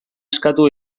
eskatu